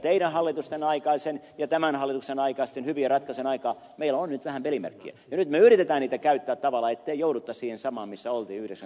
teidän hallitusten aikaisten ja tämän hallituksen aikaisten hyvin ratkaisujen vuoksi meillä on nyt vähän pelimerkkejä ja nyt me yritämme niitä käyttää sillä tavalla ettei jouduttaisi siihen samaan missä oltiin yhdessä